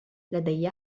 لدي